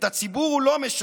את הציבור הוא לא משרת.